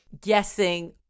guessing